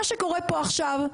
מה שקורה פה עכשיו,